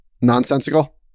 nonsensical